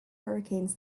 hurricanes